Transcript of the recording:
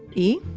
e?